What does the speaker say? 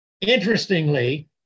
interestingly